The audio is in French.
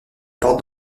porte